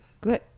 good